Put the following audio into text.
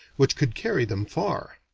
which could carry them far.